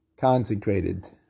consecrated